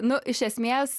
nu iš esmės